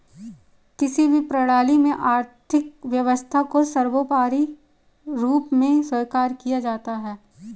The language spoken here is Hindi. किसी भी प्रणाली में आर्थिक व्यवस्था को सर्वोपरी रूप में स्वीकार किया जाता है